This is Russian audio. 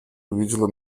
увидела